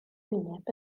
hwyneb